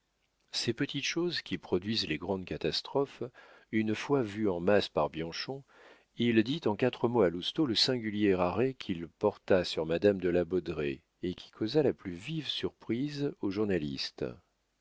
ces petites choses qui produisent les grandes catastrophes une fois vues en masse par bianchon il dit en quatre mots à lousteau le singulier arrêt qu'il porta sur madame de la baudraye et qui causa la plus vive surprise au journaliste